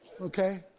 Okay